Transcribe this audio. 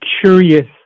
curious